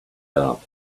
out